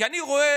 כי אני רואה,